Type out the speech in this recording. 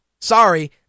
Sorry